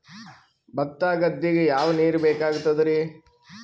ಭತ್ತ ಗದ್ದಿಗ ಯಾವ ನೀರ್ ಬೇಕಾಗತದರೀ?